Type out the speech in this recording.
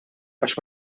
għax